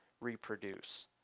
reproduce